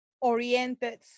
oriented